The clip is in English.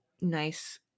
nice